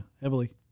heavily